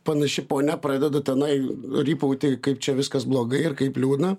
panaši ponia pradeda tenai rypauti kaip čia viskas blogai ir kaip liūdna